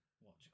watch